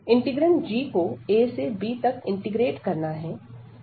integrand g को a से b तक इंटीग्रेट करना है